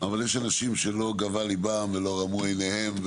אבל יש אנשים שלא גבה ליבם ולא רמו עיניהם.